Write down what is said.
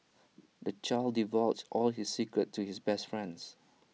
the child divulged all his secrets to his best friends